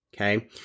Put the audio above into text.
okay